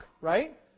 right